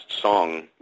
song